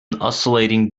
oscillating